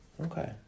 Okay